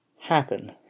happen